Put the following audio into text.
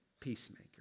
peacemaker